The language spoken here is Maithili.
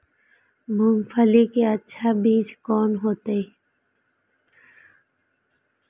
मूंगफली के अच्छा बीज कोन होते?